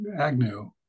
Agnew